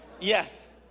Yes